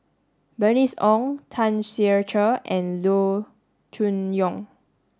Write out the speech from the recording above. Bernice Ong Tan Ser Cher and Loo Choon Yong